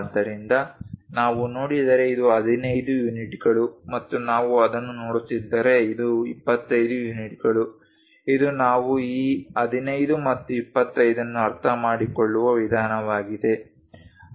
ಆದ್ದರಿಂದ ನಾವು ನೋಡಿದರೆ ಇದು 15 ಯೂನಿಟ್ಗಳು ಮತ್ತು ನಾವು ಅದನ್ನು ನೋಡುತ್ತಿದ್ದರೆ ಇದು 25 ಯೂನಿಟ್ಗಳು ಇದು ನಾವು ಈ 15 ಮತ್ತು 25 ಅನ್ನು ಅರ್ಥಮಾಡಿಕೊಳ್ಳುವ ವಿಧಾನವಾಗಿದೆ